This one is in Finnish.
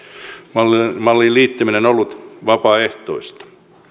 malliin liittyminen on ollut vapaaehtoista